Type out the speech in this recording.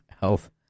health